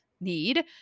need